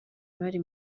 bari